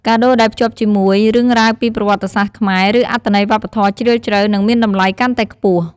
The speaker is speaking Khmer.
កាដូរដែលភ្ជាប់ជាមួយ រឿងរ៉ាវពីប្រវត្តិសាស្ត្រខ្មែរ ឬ អត្ថន័យវប្បធម៌ជ្រាលជ្រៅ នឹងមានតម្លៃកាន់តែខ្ពស់។